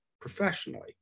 professionally